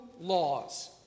laws